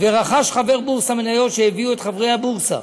ורכש חבר בורסה מניות שהביאו את חברי הבורסה